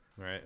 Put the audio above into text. right